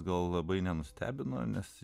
gal labai nenustebino nes